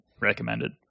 recommended